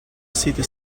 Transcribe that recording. city